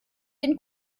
den